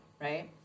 right